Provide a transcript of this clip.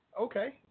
Okay